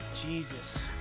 Jesus